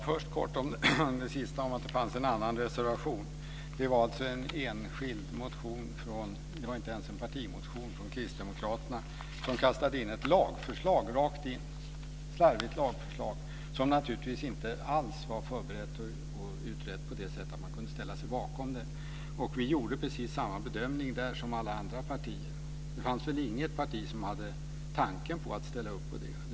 Fru talman! Först kort om att det fanns en annan reservation. Det var en enskild motion, inte ens en partimotion, från kristdemokraterna. Man kastade in ett slarvigt lagförslag som naturligtvis inte alls var förberett och utrett på det sättet att man kunde ställa sig bakom det. Vi gjorde precis samma bedömning som alla andra partier. Det fanns väl inget parti som hade en tanke på att ställa upp på den reservationen.